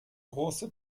große